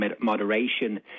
moderation